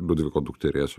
liudviko dukterėčia